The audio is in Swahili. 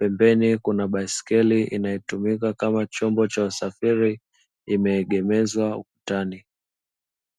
Pembeni kuna baiskeli inayotumika kama chombo cha usafiri imeegemezwa ukutani.